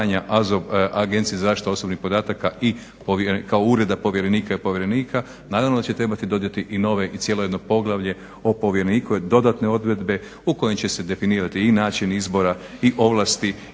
Agencije za zaštitu osobnih podataka i kao ureda povjerenika i povjerenika, naravno da će trebati dodati i nove i cijelo jedno poglavlje o povjereniku, jer dodatne odredbe u kojem će se definirati i način izbora i ovlasti